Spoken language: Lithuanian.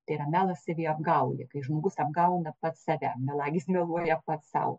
tai yra melas saviapgaulė kai žmogus apgauna pats save melagis meluoja pats sau